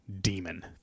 demon